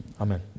Amen